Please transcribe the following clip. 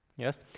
Yes